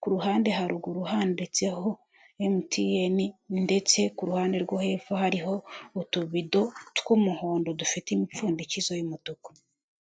ku ruhande haruguru handitseho emutiyeni ndetse ku ruhande rwo hepfo hariho utubido tw'umuhondo dufite imipfundikizo y'umutuku.